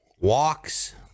walks